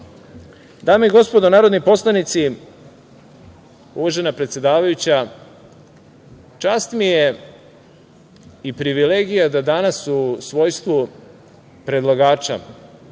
i gospodo narodni poslanici, uvažena predsedavajuća, čast mi je i privilegija da danas u svojstvu predlagača,